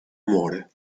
muore